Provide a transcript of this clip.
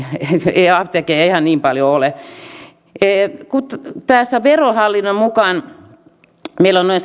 ei apteekkeja ihan niin paljon ole verohallinnon mukaan meillä on noin